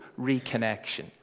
reconnection